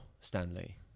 Stanley